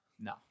No